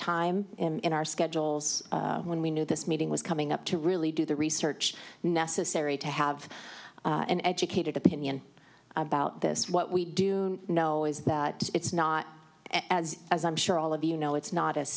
time in our schedules when we knew this meeting was coming up to really do the research necessary to have an educated opinion about this what we do know is that it's not as as i'm sure all of you know it's not as